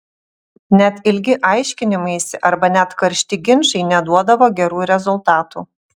net ilgi aiškinimaisi arba net karšti ginčai neduodavo gerų rezultatų